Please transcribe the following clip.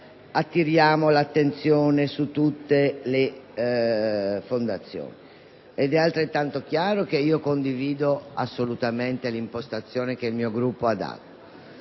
attiriamo l'attenzione su tutte le fondazioni; è altrettanto chiaro che condivido assolutamente l'impostazione che il mio Gruppo ha dato.